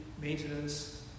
maintenance